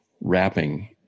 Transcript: wrapping